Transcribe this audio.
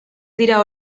dira